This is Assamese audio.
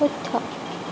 শুদ্ধ